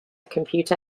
computer